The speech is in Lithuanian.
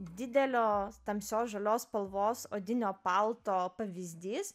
didelio tamsios žalios spalvos odinio palto pavyzdys